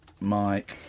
Mike